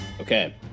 Okay